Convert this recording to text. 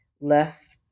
left